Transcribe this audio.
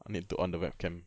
I need to on the webcam